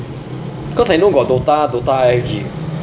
cause I know got DOTA DOTA I_F_G